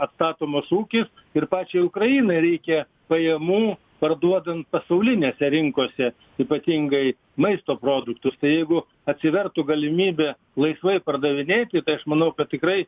atstatomas ūkis ir pačiai ukrainai reikia pajamų parduodant pasaulinėse rinkose ypatingai maisto produktus tai jeigu atsivertų galimybė laisvai pardavinėti tai aš manau kad tikrai